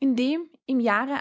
in dem im jahre